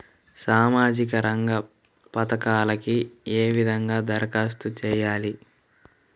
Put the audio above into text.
సామాజిక రంగ పథకాలకీ ఏ విధంగా ధరఖాస్తు చేయాలి?